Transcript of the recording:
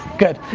good.